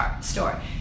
store